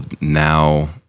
now